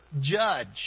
judge